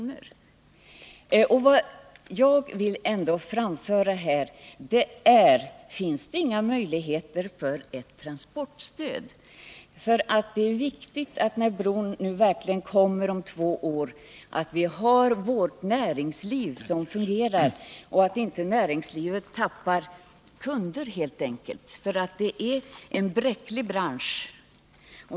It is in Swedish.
Mot bakgrund av dessa exempel vill jag fråga budgetministern: Finns det inga möjligheter att här gå in med ett transportstöd? Det är ju viktigt att vi när bron blir färdig om två år har ett näringsliv som fungerar. Det är helt enkelt viktigt att näringslivet inte tappar kunder, för det rör sig om en sårbar bransch.